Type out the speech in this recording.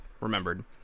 remembered